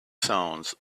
sounds